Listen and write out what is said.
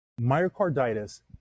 myocarditis